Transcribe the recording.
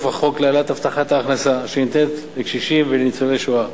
החוק להעלאת הבטחת ההכנסה שניתנת לקשישים וניצולי שואה.